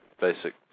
basic